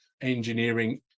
engineering